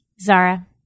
Zara